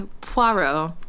Poirot